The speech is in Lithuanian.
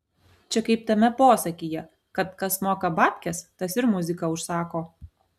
čia kaip tame posakyje kad kas moka babkes tas ir muziką užsako